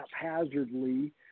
haphazardly